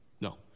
No